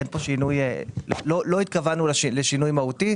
לא התכוונו לשינוי מהותי.